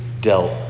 dealt